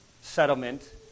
settlement